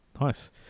nice